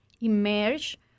emerge